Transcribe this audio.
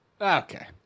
Okay